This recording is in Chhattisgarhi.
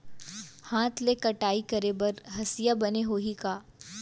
हाथ ले कटाई करे बर हसिया बने होही का?